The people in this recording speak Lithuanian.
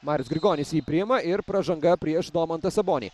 marius grigonis jį priima ir pražanga prieš domantą sabonį